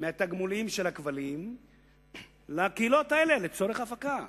מהתגמולים של הכבלים לקהילות האלה לצורך הפקה.